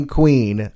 queen